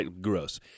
gross